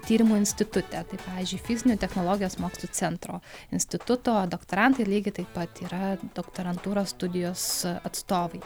tyrimų institute tai pavyzdžiui fizinių technologijos mokslų centro instituto doktorantai lygiai taip pat yra doktorantūros studijos atstovai